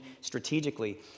strategically